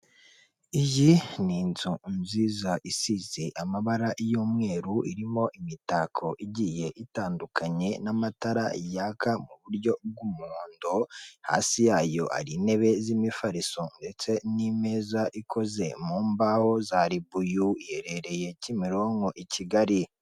Iyi ni inzu nziza isize amabara y'umweru irimo imitako igiye itandukanye n'amatara yaka mu buryo bw'umuhondo, hasi yayo hari intebe z'imifariso ndetse n'imeza ikoze mu mbaho za ribuyu, iherereye Kimironko i Kigali.